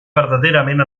verdaderament